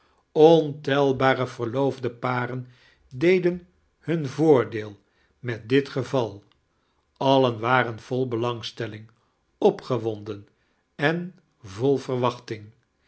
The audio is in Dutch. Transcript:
ontelbare verloofde paren deden hun voordeel met dit geval alien warem vol belangstelling opgewonden en vol verwachting